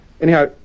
anyhow